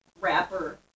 rapper